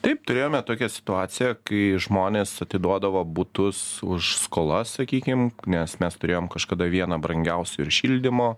taip turėjome tokią situaciją kai žmonės atiduodavo butus už skolas sakykim nes mes turėjom kažkada vieną brangiausių ir šildymo